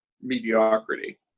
mediocrity